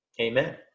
Amen